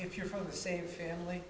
if you're from the same family